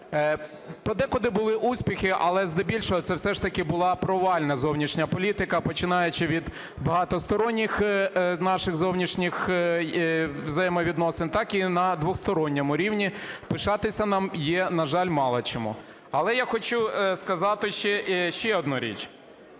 подекуди були успіхи, але здебільшого це все ж таки була провальна зовнішня політика, починаючи від багатосторонніх наших зовнішніх взаємовідносин, так і на двосторонньому рівні пишатися нам є, на жаль, мало чим. Але я хочу сказати ще одну річ.